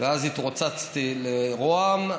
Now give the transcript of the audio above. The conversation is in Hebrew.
ואז התרוצצתי למשרד ראש הממשלה,